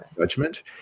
judgment